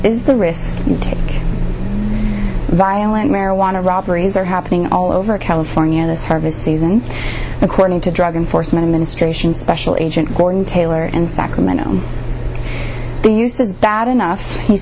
is the risk to violent marijuana robberies are happening all over california this harvest season according to drug enforcement administration special agent gordon taylor and sacramento use is bad enough he